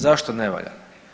Zašto ne valja?